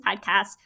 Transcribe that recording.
podcast